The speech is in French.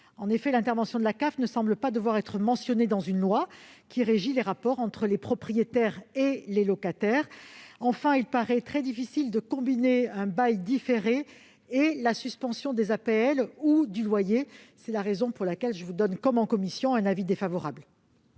En effet, l'intervention de la CAF ne semble pas devoir être mentionnée dans une loi qui régit les rapports entre les propriétaires et les locataires. Enfin, il paraît très difficile de combiner un bail différé et la suspension des APL ou du loyer. J'émets donc, comme en commission, un avis défavorable.